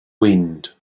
wind